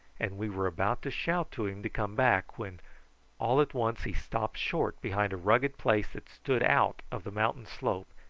and we were about to shout to him to come back, when all at once he stopped short behind a rugged place that stood out of the mountain slope,